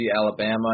Alabama